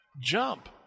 Jump